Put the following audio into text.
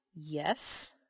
yes